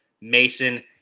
Mason